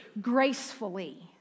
gracefully